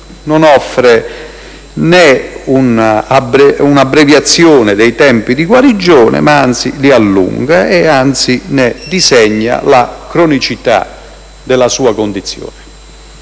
non offre una abbreviazione dei tempi di guarigione, ma anzi li allunga, disegnando la cronicità della sua condizione.